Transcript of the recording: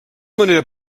manera